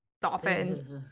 Dolphins